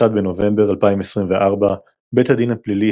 ב-21 בנובמבר 2024 בית הדין הפלילי